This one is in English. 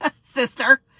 sister